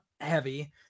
heavy